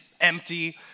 empty